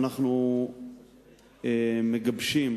אנחנו מגבשים